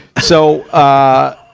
so, ah,